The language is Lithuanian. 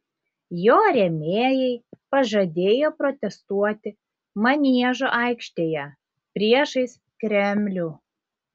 jo rėmėjai pažadėjo protestuoti maniežo aikštėje priešais kremlių